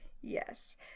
Yes